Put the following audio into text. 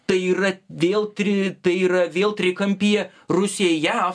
tai yra dėl tri tai yra vėl trikampyje rusija jav